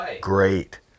great